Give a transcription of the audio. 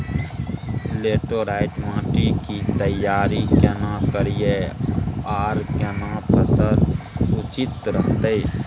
Laterite माटी की तैयारी केना करिए आर केना फसल उचित रहते?